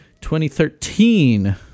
2013